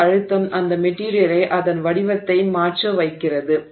அந்த அழுத்தம் அந்த மெட்டிரியலை அதன் வடிவத்தை மாற்ற வைக்கிறது